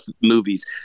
movies